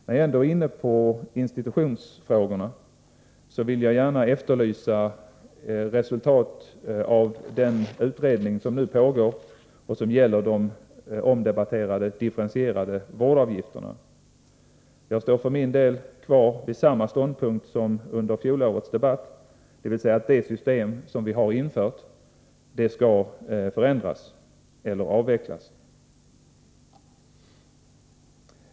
Beträffande institutionsfrågorna vill jag gärna efterlysa resultat av den utredning som nu pågår och som gäller de omdebatterade differentierade vårdavgifterna. Jag står fast vid samma ståndpunkt som jag hade i fjolårets debatt, dvs. att det system som vi har infört skall förändras eller avvecklas.